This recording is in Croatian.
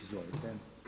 Izvolite.